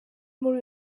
muri